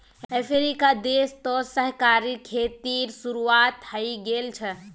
अफ्रीकी देश तो सहकारी खेतीर शुरुआत हइ गेल छ